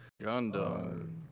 Gundam